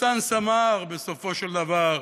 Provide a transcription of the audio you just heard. וברסנס אמר, בסופו של דבר: